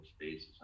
spaces